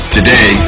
Today